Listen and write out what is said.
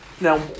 Now